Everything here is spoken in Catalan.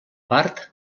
part